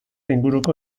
inguruko